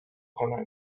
کنند